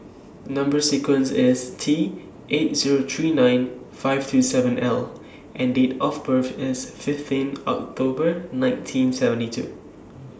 Number sequence IS T eight Zero three nine five two seven L and Date of birth IS fifteen October nineteen seventy two